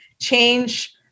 change